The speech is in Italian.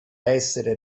essere